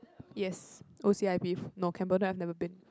yes O c_i_p no Cambodia I've never been